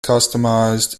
customized